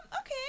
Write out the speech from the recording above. Okay